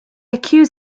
accuse